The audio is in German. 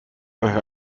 euch